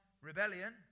rebellion